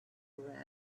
koran